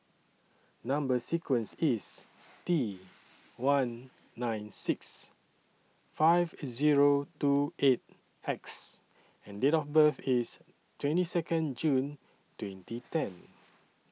Number sequence IS T one nine six five Zero two eight X and Date of birth IS twenty Second June twenty ten